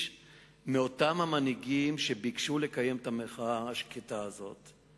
מאותם מנהיגים שביקשו לקיים את המחאה השקטה הזאת.